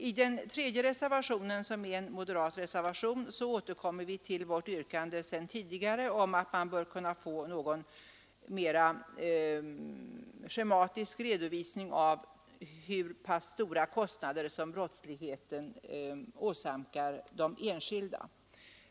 I reservationen 3, som är en moderat reservation, återkommer vi till vårt yrkande sedan tidigare om att man bör kunna få en mera schematisk redovisning av hur stora kostnader som brottsligheten åsamkar de enskilda.